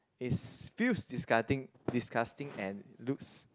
is feels disgusting disgusting and it looks